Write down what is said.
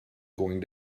going